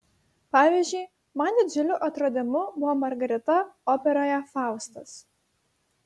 pavyzdžiui man didžiuliu atradimu buvo margarita operoje faustas